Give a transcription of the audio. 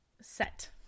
set